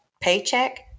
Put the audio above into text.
paycheck